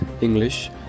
English